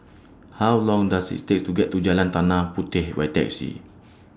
How Long Does IT Take to get to Jalan Tanah Puteh By Taxi